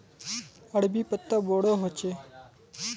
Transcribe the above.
अरबी पत्ता बोडो होचे